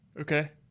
Okay